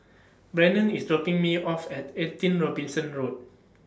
Brannon IS dropping Me off At eighteen Robinson Road